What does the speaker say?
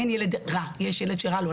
אין ילד רע, יש ילד שרע לו.